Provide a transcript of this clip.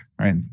right